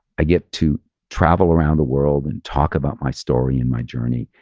i get to travel around the world and talk about my story and my journey.